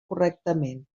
correctament